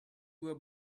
were